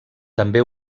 també